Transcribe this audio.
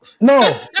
No